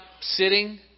sitting